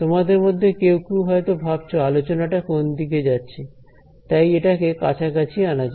তোমাদের মধ্যে কেউ কেউ হয়তো ভাবছো আলোচনা টা কোন দিকে যাচ্ছে তাই এটাকে কাছাকাছি আনা যাক